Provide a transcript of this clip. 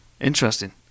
Interesting